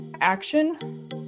Action